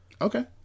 Okay